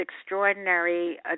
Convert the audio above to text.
extraordinary